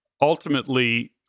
ultimately